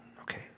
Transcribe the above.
Okay